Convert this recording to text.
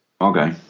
Okay